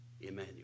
Emmanuel